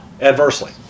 adversely